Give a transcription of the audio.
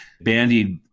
bandied